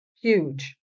huge